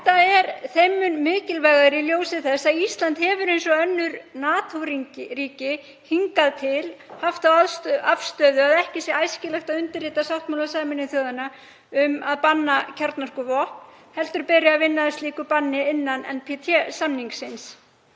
Þetta er þeim mun mikilvægara í ljósi þess að Ísland hefur, eins og önnur NATO-ríki hingað til, haft þá afstöðu að ekki sé æskilegt að undirrita sáttmála Sameinuðu þjóðanna um að banna kjarnorkuvopn heldur beri að vinna að slíku banni innan NPT-samningsins.